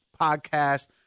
podcast